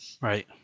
right